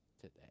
today